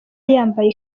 yambaye